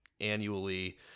annually